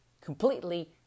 completely